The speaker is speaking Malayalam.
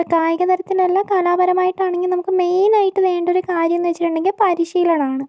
ഇപ്പോൾ കായിക തരത്തിലല്ല കലാപരമായിട്ടാണെങ്കിലും നമുക്ക് മെയിനായിട്ട് വേണ്ടൊരു കാര്യമെന്ന് വച്ചിട്ടുണ്ടെങ്കിൽ പരിശീലനമാണ്